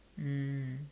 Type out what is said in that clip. mm